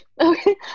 Okay